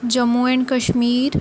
Jammu and Kashmir